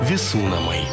visų namai